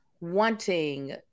wanting